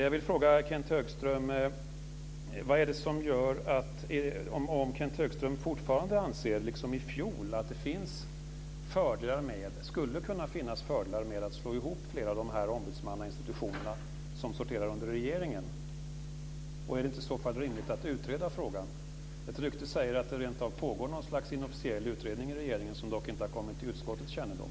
Jag vill fråga Kenth Högström om han fortfarande, liksom i fjol, anser att det skulle kunna finnas fördelar med att slå ihop flera av de ombudsmannainstitutioner som sorterar under regeringen. Är det i så fall inte rimligt att utreda frågan? Ett rykte säger att det rentav pågår ett slags inofficiell utredning inom regeringen som inte har kommit till utskottets kännedom.